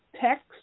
text